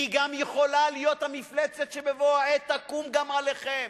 היא גם יכולה להיות המפלצת שבבוא העת תקום גם עליכם.